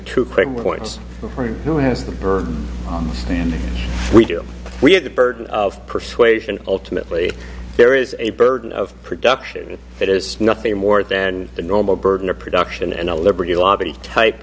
one who has the burden we do we have the burden of persuasion ultimately there is a burden of production that is nothing more than the normal burden of production and the liberty lobby type